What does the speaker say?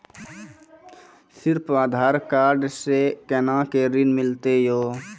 सिर्फ आधार कार्ड से कोना के ऋण मिलते यो?